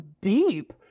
deep